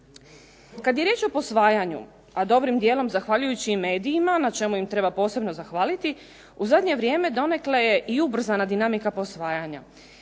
Kad je riječ o posvajanju a dobrim djelom zahvaljujući i medijima na čemu im treba posebno zahvaliti u zadnje vrijeme donekle je i ubrzana dinamika posvajanja.